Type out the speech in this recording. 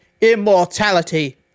Immortality